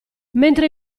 mentre